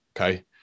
Okay